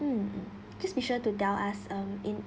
mm just be sure to tell us um in